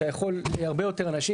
אתה יכול הרבה יותר אנשים.